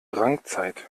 drangzeit